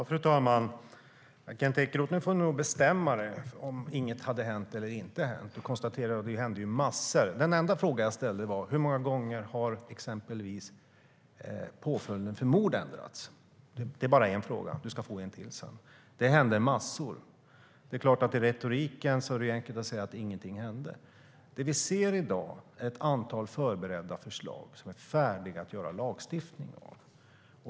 Fru talman! Nu får du nog bestämma dig, Kent Ekeroth, för om något hänt eller inte. Det hände massor. Den enda fråga jag ställde var: Hur många gånger har påföljden för mord ändrats? Du ska få en fråga till sedan. Det hände massor. Det är klart att det i retoriken är enkelt att säga ingenting hände. Det vi ser i dag är ett antal förberedda förslag som är färdiga att göra lagstiftning av.